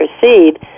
proceed